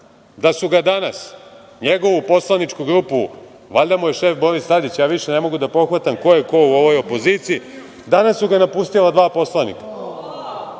da su ga danas, njegovu poslaničku grupu, valjda mu je šef Boris Tadić, ja više ne mogu da pohvatam ko je ko u ovoj opoziciji, danas su ga napustila dva poslanika